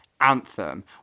anthem